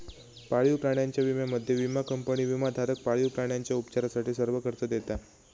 पाळीव प्राण्यांच्या विम्यामध्ये, विमा कंपनी विमाधारक पाळीव प्राण्यांच्या उपचारासाठी सर्व खर्च देता